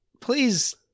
please